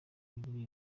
bigire